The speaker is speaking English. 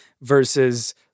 versus